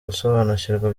gusobanukirwa